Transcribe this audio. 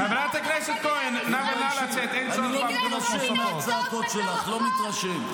חברת הכנסת כהן, אני קורא אותך לסדר בפעם השלישית.